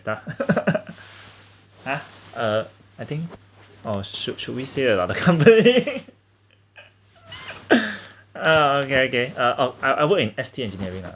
the ha uh I think oh should should we say another company uh okay okay uh oh I work in S_T engineering lah